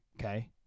Okay